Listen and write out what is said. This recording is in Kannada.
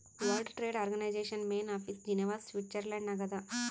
world trade organisation main office Geneva Switzerland ನಾಗ್ ಅದಾ